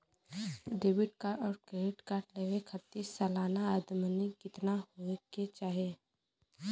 Debit और credit card लेवे के खातिर सलाना आमदनी कितना हो ये के चाही?